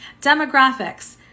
demographics